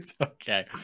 Okay